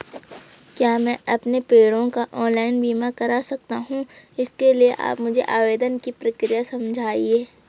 क्या मैं अपने पेड़ों का ऑनलाइन बीमा करा सकता हूँ इसके लिए आप मुझे आवेदन की प्रक्रिया समझाइए?